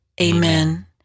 Amen